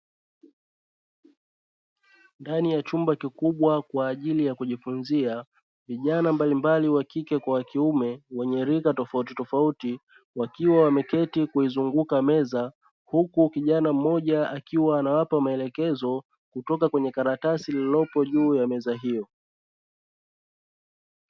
Ndani ya chumba kikubwa kwaajilia ya kujifunzia vijana mbalimbali wa kike kwa wakiume wenye rika tofauti tofauti, wakiwa wameketi kuizunguka meza, huku kijana mmoja akiwa anawapa maelekezo kutoka kwenye karatasi lililopo juu ya meza hiyo.